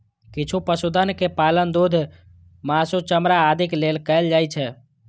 किछु पशुधन के पालन दूध, मासु, चमड़ा आदिक लेल कैल जाइ छै